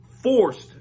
forced